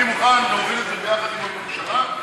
אני מוכן להוביל את זה יחד עם הממשלה,